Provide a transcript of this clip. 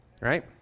right